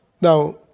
Now